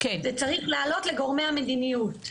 זה צריך לעלות לגורמי המדיניות.